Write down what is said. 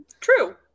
true